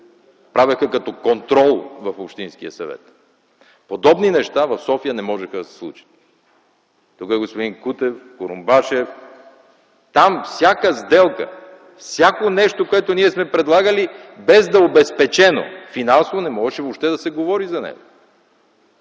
правеха като контрол в общинския съвет – подобни неща в София не можеха да се случат. Тук са господин Кутев, Курумбашев – там за всяка сделка, за всяко нещо, което ние сме предлагали, без да е обезпечено финансово, не можеше въобще да се говори за него.